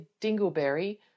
dingleberry